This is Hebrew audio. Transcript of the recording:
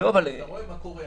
ואתה רואה מה קורה.